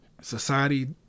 society